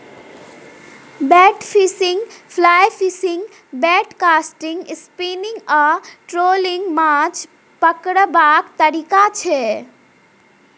bait fishing, fly fishing, bait casting, spinning आ trolling माछ पकरबाक तरीका छै